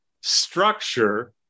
structure